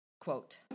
Quote